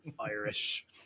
Irish